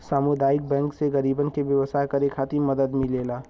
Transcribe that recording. सामुदायिक बैंक से गरीबन के व्यवसाय करे खातिर मदद मिलेला